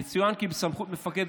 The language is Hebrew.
יצוין כי בסמכות מפקד